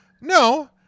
no